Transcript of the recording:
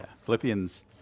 Philippians